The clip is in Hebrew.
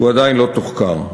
והוא עדיין לא תוחקר.